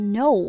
no